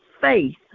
faith